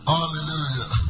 Hallelujah